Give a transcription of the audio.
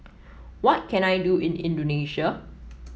what can I do in Indonesia